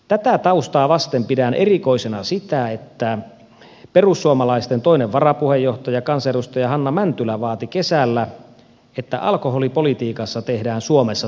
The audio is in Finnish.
tätä taustaa vasten pidän erikoisena sitä että perussuomalaisten toinen varapuheenjohtaja kansanedustaja hanna mäntylä vaati kesällä että alkoholipolitiikassa tehdään suomessa täyskäännös